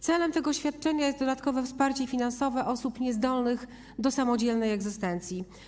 Celem tego świadczenia jest dodatkowe wsparcie finansowe osób niezdolnych do samodzielnej egzystencji.